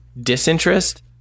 disinterest